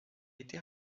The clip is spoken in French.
été